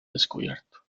descubierto